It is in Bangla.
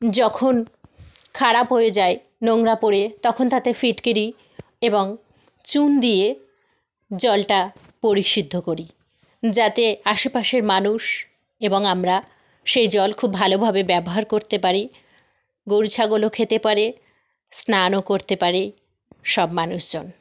যখন খারাপ হয়ে যায় নোংরা পড়ে তখন তাতে ফিটকিরি এবং চুন দিয়ে জলটা পরিসুদ্ধ করি যাতে আশেপাশের মানুষ এবং আমরা সেই জল খুব ভালোভাবে ব্যবহার করতে পারি গরু ছাগলও খেতে পারে স্নানও করতে পারে সব মানুষ জন